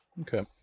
Okay